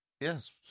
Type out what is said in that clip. Yes